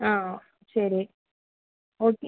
ஆ சரி ஓகே